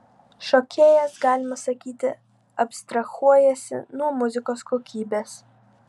šokėjas galima sakyti abstrahuojasi nuo muzikos kokybės